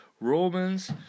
Romans